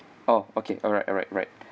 orh okay alright alright right